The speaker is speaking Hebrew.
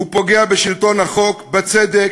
זה פוגע בשלטון החוק, בצדק,